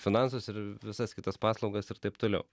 finansus ir visas kitas paslaugas ir taip toliau